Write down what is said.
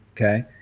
okay